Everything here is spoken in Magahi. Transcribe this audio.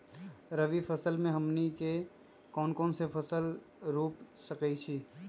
रबी फसल में हमनी के कौन कौन से फसल रूप सकैछि?